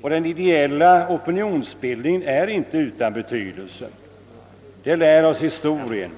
Och den ideella opinionsbildningen är inte utan betydelse; det lär oss historien.